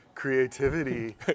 creativity